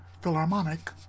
Philharmonic